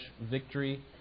victory